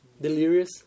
delirious